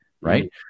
right